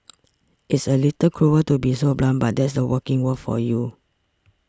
it's a little cruel to be so blunt but that's the working world for you